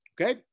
Okay